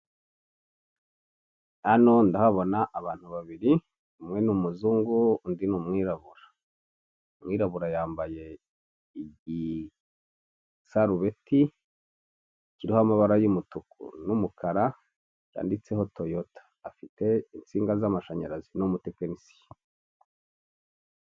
Hano ndahabona abantu babiri, umwe n'umuzungu undi n'umwirabura. Umwirabura yambaye igisarubeti kiriho amabara y'umutuku n'umukara cyanditseho toyota, afite insinga z'amashanyarazi ni umutekinisiye.